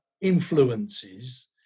influences